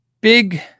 Big –